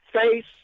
face